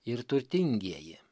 ir turtingieji